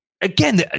Again